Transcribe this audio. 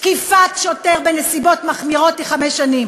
תקיפת שוטר בנסיבות מחמירות היא חמש שנים,